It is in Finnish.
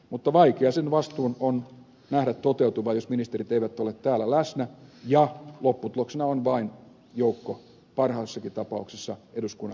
mutta vaikea sen vastuun on nähdä toteutuvan jos ministerit eivät ole täällä läsnä ja lopputuloksena on parhaassakin tapauksessa vain joukko eduskunnan hyväksymiä lausumia